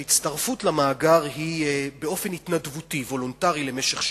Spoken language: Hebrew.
הפשרה היתה שההצטרפות למאגר היא באופן התנדבותי למשך שנתיים.